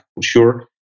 sure